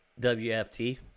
WFT